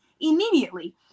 immediately